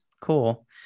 Cool